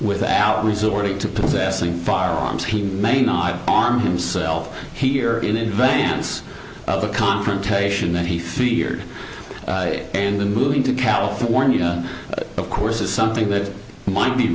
without resorting to possessing firearms he may not arm himself here in advance of a confrontation that he feared and then moving to california of course is something that might be